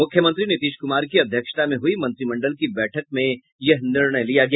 मुख्यमंत्री नीतीश कूमार की अध्यक्षता में हई मंत्रिमंडल की बैठक में यह निर्णय लिया गया